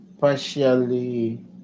partially